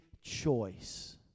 choice